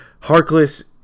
Harkless